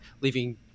leaving